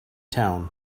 town